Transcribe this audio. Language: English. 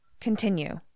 Continue